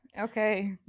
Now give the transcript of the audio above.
okay